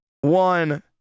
one